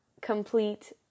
complete